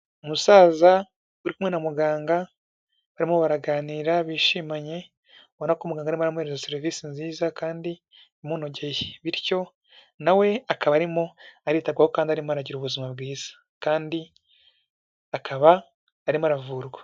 Umusaza uri kumwe na muganga bamwe baraganira bishimanye ubona ko umuganga arimo aramuhereza serivisi nziza kandi imunogeye, bityo nawe akaba arimo aritabwaho kandi arimo aragira ubuzima bwiza kandi akaba arimo aravurwa.